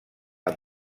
amb